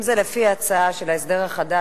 אם זה לפי ההצעה של ההסדר החדש,